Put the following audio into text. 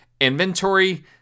inventory